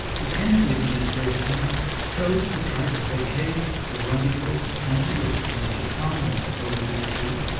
the kennedy administration chose to try to placate a radical, anti-western sukarno over the issue,